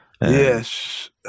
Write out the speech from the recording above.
Yes